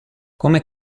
come